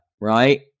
right